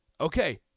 okay